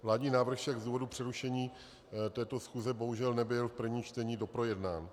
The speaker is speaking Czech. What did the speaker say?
Vládní návrh však z důvodu přerušení této schůze bohužel nebyl v prvním čtení doprojednán.